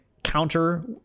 counter